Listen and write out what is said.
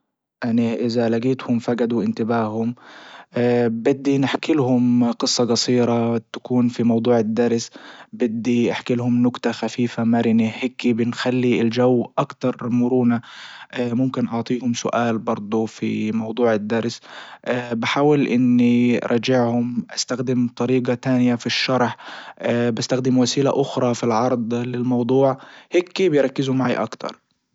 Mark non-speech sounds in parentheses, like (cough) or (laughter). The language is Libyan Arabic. اني اذا لقيتهم فجدوا انتباههم (hesitation) بدي نحكي لهم جصة جصيرة تكون في موضوع الدرس بدي احكي لهم نكتة خفيفة مرنة هيكي بنخلي الجو اكتر مرونة (hesitation) ممكن اعطيهم سؤال برضه في موضوع الدرس (hesitation) بحاول اني راجعهم استخدم طريقة تانية في الشرح (hesitation) بستخدم وسيلة اخرى في العرض للموضوع هيكي بيركزوا معي اكتر.